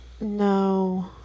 no